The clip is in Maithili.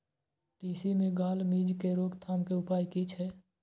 तिसी मे गाल मिज़ के रोकथाम के उपाय की छै?